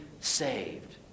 saved